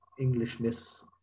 Englishness